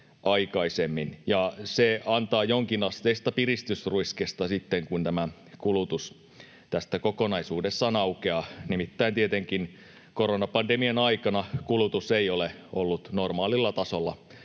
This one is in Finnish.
se antaa jonkinasteista piristysruisketta sitten, kun tämä kulutus tästä kokonaisuudessaan aukeaa, nimittäin tietenkin koronapandemian aikana kulutus ei ole ollut normaalilla tasolla